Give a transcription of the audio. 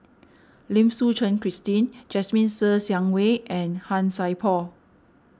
Lim Suchen Christine Jasmine Ser Xiang Wei and Han Sai Por